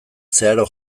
zeharo